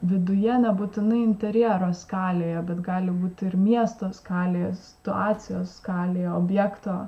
viduje nebūtinai interjero skalėje bet gali būti ir miesto skalės situacijos skalėj objekto